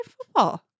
football